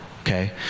okay